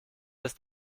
ist